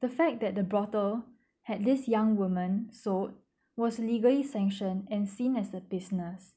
the fact that the brothel had this young woman sold was legally sanction and seen as a business